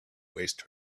waste